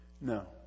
No